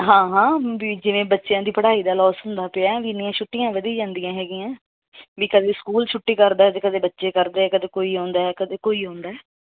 ਹਾਂ ਹਾਂ ਬਈ ਜਿਵੇਂ ਬੱਚਿਆਂ ਦੀ ਪੜ੍ਹਾਈ ਦਾ ਲੋਸ ਹੁੰਦਾ ਪਿਆ ਕਿੰਨੀਆਂ ਛੁੱਟੀਆਂ ਵਧੀ ਜਾਂਦੀਆਂ ਹੈਗੀਆਂ ਬਈ ਕਦੇ ਸਕੂਲ ਛੁੱਟੀ ਕਰਦਾ ਅਤੇ ਕਦੇ ਬੱਚੇ ਕਰਦੇ ਕਦੇ ਕੋਈ ਆਉਂਦਾ ਕਦੇ ਕੋਈ ਆਉਂਦਾ